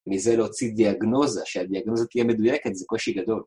מזה להוציא דיאגנוזה, שהדיאגנוזה תהיה מדויקת זה קושי גדול